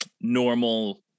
normal